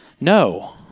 No